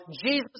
Jesus